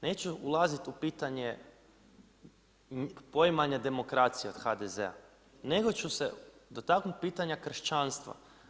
Neću ulazit u pitanje poimanja demokracije od HDZ-a, nego ću se dotaknut pitanja kršćanstva.